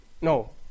No